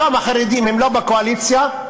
היום החרדים אינם בקואליציה,